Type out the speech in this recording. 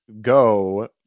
go